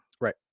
Right